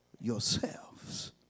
yourselves